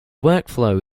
workflow